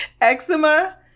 eczema